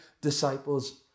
disciples